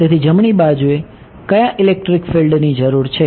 તેથી જમણી બાજુએ કયા ઇલેક્ટ્રિક ફિલ્ડની જરૂર છે